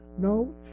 no